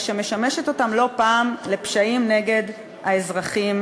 שמשמשת אותן לא פעם לפשעים נגד האזרחים